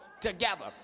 together